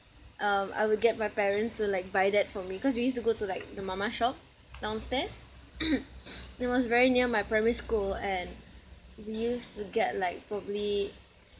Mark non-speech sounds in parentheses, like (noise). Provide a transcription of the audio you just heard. um I would get my parents to like buy that for me cause we used to go to like the mama shop downstairs (noise) it was very near my primary school and we used to get like probably